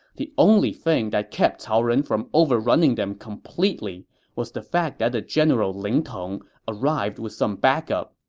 the only thing that kept cao ren from overrunning them completely was the fact that the general ling tong arrived with some backup.